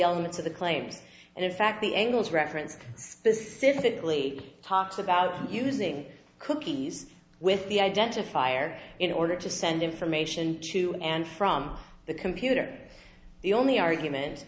elements of the claims and in fact the angles reference specifically talks about using cookies with the identifier in order to send information to and from the computer the only argument